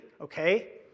okay